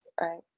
Right